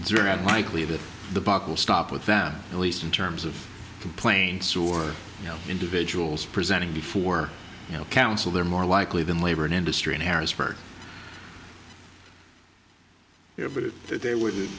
there and likely that the buck will stop with them at least in terms of complaints or you know individuals presenting before you know council they're more likely than labor and industry in harrisburg yeah but they were that they would